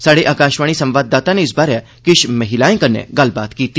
स्हाड़े आकाशवाणी संवाददाता नै इस बारै किश महिलाए कन्नै गल्लबात कीती